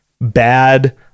bad